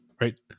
right